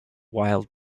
wild